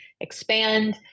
expand